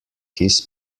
his